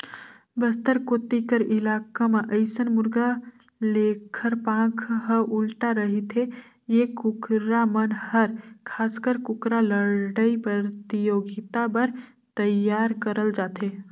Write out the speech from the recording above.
बस्तर कोती कर इलाका म अइसन मुरगा लेखर पांख ह उल्टा रहिथे ए कुकरा मन हर खासकर कुकरा लड़ई परतियोगिता बर तइयार करल जाथे